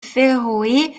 féroé